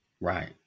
Right